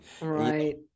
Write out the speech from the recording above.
right